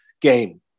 game